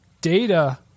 Data